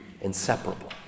inseparable